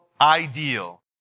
ideal